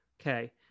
Okay